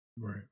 Right